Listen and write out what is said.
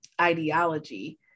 ideology